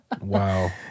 Wow